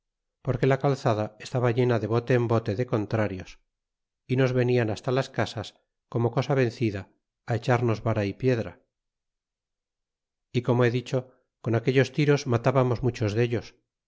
porque la calzada estaba llena de bote en bote de contrarios y nos venían hasta las casas como cosa vencida echarnos vara y piedra y como he dicho con aquellos tiros matábamos muchos dellos